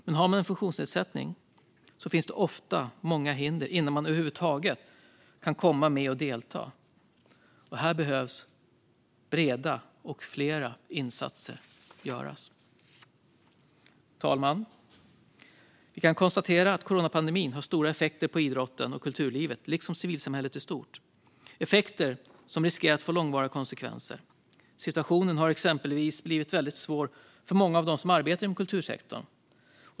Men har man en funktionsnedsättning finns det ofta många hinder innan man över huvud taget kan delta. Här behöver breda och fler insatser göras. Herr talman! Vi kan konstatera att coronapandemin har stora effekter på idrotten och kulturlivet liksom på civilsamhället i stort. Det är effekter som riskerar att få långvariga konsekvenser. Situationen har exempelvis blivit väldigt svår för många av dem som arbetar inom kultursektorn.